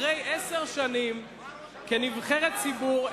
אחרי עשר שנים כנבחרת ציבור,